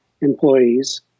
employees